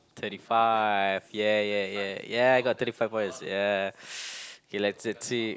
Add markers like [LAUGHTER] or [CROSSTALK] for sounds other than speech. thirty five yeah yeah yeah yeah I got thirty five points ya [NOISE] okay let's let's see